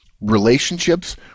Relationships